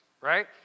right